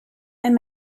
and